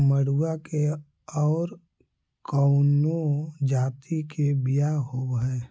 मडूया के और कौनो जाति के बियाह होव हैं?